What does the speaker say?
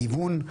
גיוון,